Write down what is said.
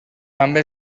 també